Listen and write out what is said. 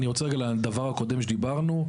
לגבי הדבר הקודם שדיברנו,